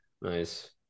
Nice